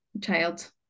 child